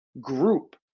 group